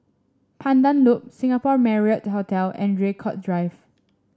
Pandan Loop Singapore Marriott Hotel and Draycott Drive